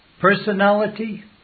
personality